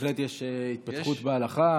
בהחלט יש התפתחות בהלכה,